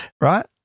right